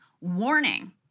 warning